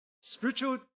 spiritual